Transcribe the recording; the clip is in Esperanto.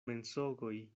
mensogoj